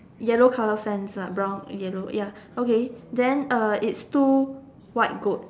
yellow colour fence lah brown yellow ya okay then uh it's two white goat